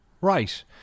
Right